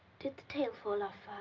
did the tail fall off,